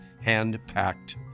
hand-packed